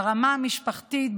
ברמה המשפחתית,